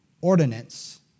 ordinance